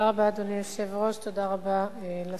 אדוני היושב-ראש, תודה רבה, תודה רבה לשרים,